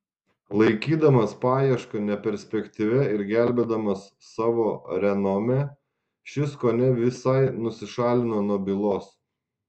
laikydamas paiešką neperspektyvia ir gelbėdamas savo renomė šis kone visai nusišalino nuo bylos